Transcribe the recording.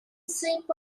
sweep